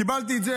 קיבלתי את זה,